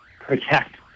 protect